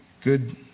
good